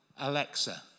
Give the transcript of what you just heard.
Alexa